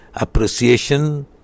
Appreciation